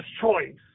choice